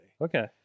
Okay